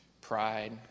pride